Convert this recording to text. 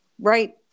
Right